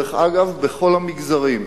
אגב, בכל המגזרים.